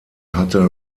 hatte